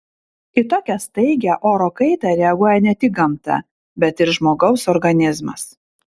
į tokią staigią oro kaitą reaguoja ne tik gamta bet ir žmogaus organizmas